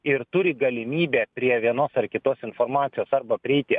ir turi galimybę prie vienos ar kitos informacijos arba prieiti